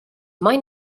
mai